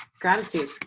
Gratitude